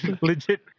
legit